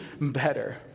better